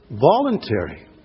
voluntary